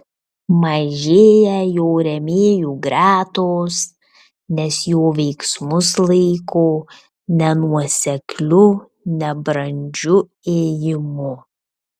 mažėja jo rėmėjų gretos nes jo veiksmus laiko nenuosekliu nebrandžiu ėjimu